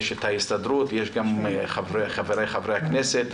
יש את ההסתדרות וגם חבריי חברי הכנסת.